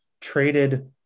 traded